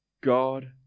God